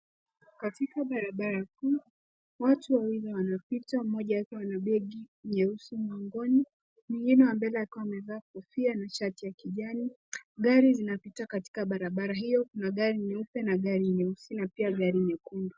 Katika barabara kuu, watu wawili wanapita mmoja akiwa na begi nyeusi mgongoni mwingine wa mbele akiwa amevaa kofia na shati ya kijani. Gari zinapita katika barabara hiyo, Kuna gari nyeupe na gari nyeusi na pia gari nyekundu.